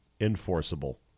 enforceable